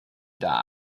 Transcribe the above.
die